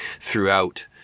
throughout